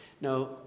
Now